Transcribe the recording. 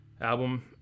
album